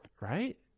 Right